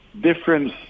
different